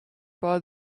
for